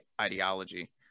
ideology